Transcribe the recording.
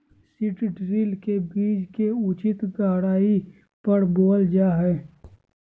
seed drill से बीज के उचित गहराई पर बोअल जा हइ